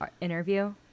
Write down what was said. interview